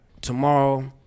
Tomorrow